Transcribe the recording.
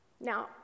Now